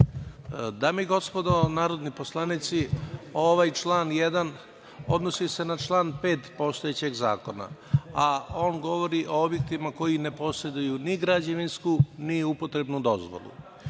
Dame i gospodo narodni poslanici, ovaj član 1. odnosi se na član 5. postojećeg zakona, a on govori o objektima koji ne poseduju ni građevinsku, ni upotrebnu dozvolu.